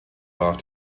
warf